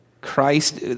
Christ